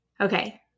Okay